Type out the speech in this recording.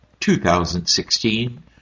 2016